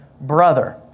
brother